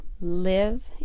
Live